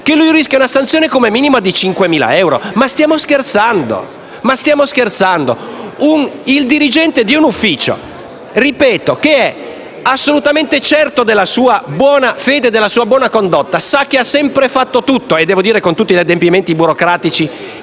rischia una sanzione minima di 5.000 euro. Ma stiamo scherzando? Il dirigente di un ufficio, che è assolutamente certo della sua buona fede e della sua buona condotta, sa che ha sempre fatto tutto - e devo dire che, con tutti gli adempimenti burocratici